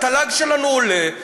התל"ג שלנו עולה,